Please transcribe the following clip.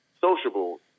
sociable